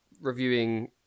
reviewing